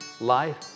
Life